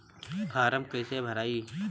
Form कईसे भराई?